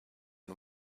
and